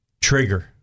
trigger